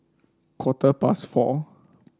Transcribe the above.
quarter past four